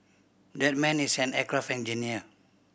that man is an aircraft engineer